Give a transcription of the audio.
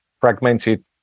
fragmented